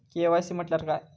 KYC म्हटल्या काय?